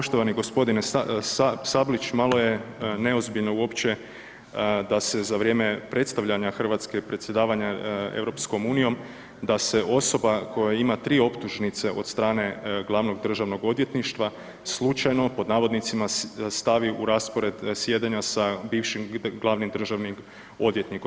Poštovani g. Sabljić, malo je neozbiljno uopće da se za vrijeme predstavljanja Hrvatske predsjedavanja EU-om da se osoba koja ima 3 optužnice od strane glavnog Državnog odvjetništva, slučajno, pod navodnicima, stavi u raspored sjedenja sa bivšim glavnim državnim odvjetnikom.